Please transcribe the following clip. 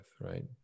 right